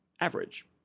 average